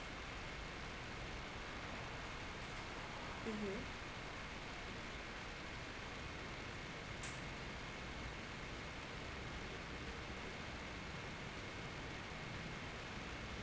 mm